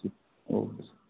ji okay sir